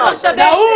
די.